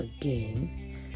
again